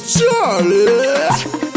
Charlie